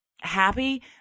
happy